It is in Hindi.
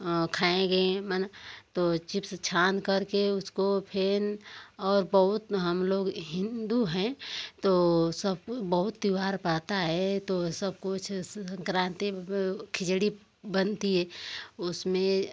और खाएँगे मन तो चिप्स छान कर के उसको फिर और बहुत हम लोग हिन्दू हैं तो सब बहुत त्यौहार पाते हैं तो सब कुछ संक्रांति खिचड़ी बनती है उसमें